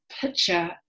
picture